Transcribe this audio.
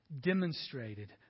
demonstrated